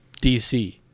DC